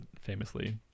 famously